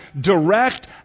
direct